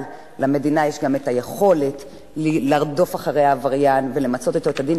למדינה יש גם היכולת לרדוף אחרי העבריין ולמצות אתו את הדין,